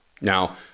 Now